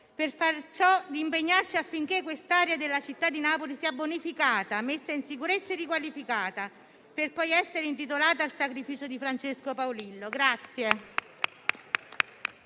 che impegnarsi affinché quest'area della città di Napoli sia bonificata, messa in sicurezza e riqualificata, per poi essere intitolata al sacrificio di Francesco Paolillo.